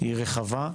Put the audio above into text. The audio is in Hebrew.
היא רחבה,